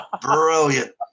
Brilliant